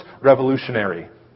revolutionary